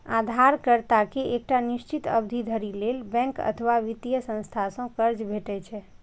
उधारकर्ता कें एकटा निश्चित अवधि धरि लेल बैंक अथवा वित्तीय संस्था सं कर्ज भेटै छै